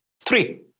Three